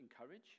encourage